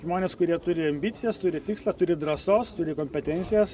žmonės kurie turi ambicijas turi tikslą turi drąsos turi kompetencijas